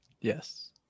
Yes